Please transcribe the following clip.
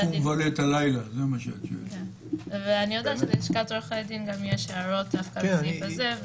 אני יודעת שללשכת עורכי הדין יש הערות על הסעיף הזה.